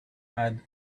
had